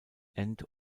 end